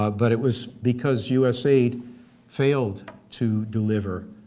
ah but it was because usaid failed to deliver